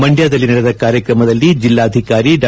ಮಂಡ್ಯದಲ್ಲಿ ನಡೆದ ಕಾರ್ಯಕ್ರಮದಲ್ಲಿ ಜಿಲ್ಲಾಧಿಕಾರಿ ಡಾ